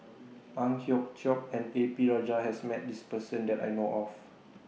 Ang Hiong Chiok and A P Rajah has Met This Person that I know of